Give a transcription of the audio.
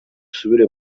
isubire